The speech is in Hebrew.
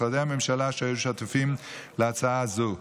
למשרדי הממשלה שהיו שותפים להצבעה זו,